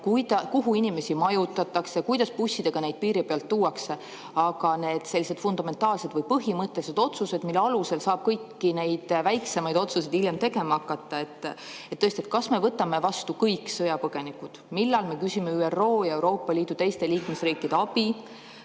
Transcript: kuhu inimesi majutatakse, kuidas bussidega neid piiri pealt tuuakse? Aga [tuleks teha ka] sellised fundamentaalsed või põhimõttelised otsused, mille alusel saab kõiki neid väiksemaid otsuseid hiljem tegema hakata. Kas me võtame vastu kõik sõjapõgenikud? Millal me küsime ÜRO ja Euroopa Liidu teiste liikmesriikide abi?